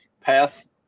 pass